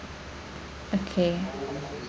okay